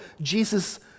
Jesus